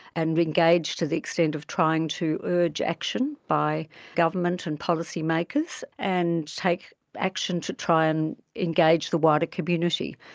and engage to the extent of trying to urge action by government and policymakers and take action to try and engage the wider community.